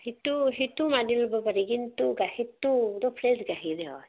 সেইটো সেইটো মানি ল'ব পাৰি কিন্তু গাখীৰটো কিন্তু ফ্ৰেছ গাখীৰেই হয়